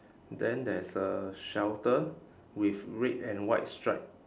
then there is a shelter with red and white stripe